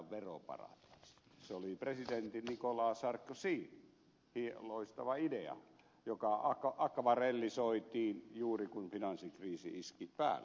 se oli presidentti nicolas sarkozyn loistava idea joka akvarellisoitiin juuri kun finanssikriisi iski päälle